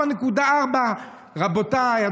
4.4%. רבותיי,